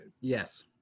Yes